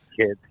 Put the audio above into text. kids